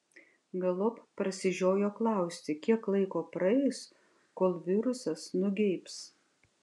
galop prasižiojo klausti kiek laiko praeis kol virusas nugeibs